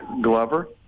Glover